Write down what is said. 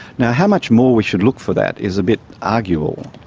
now, how much more we should look for that is a bit arguable.